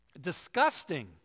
Disgusting